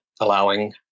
Allowing